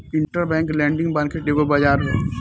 interbank lending market एगो बाजार ह